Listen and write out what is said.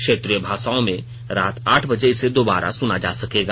क्षेत्रीय भाषाओं में रात आठ बजे इसे दोबारा सुना जा सकेगा